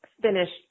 finished